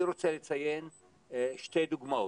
אני רוצה לציין שתי דוגמאות.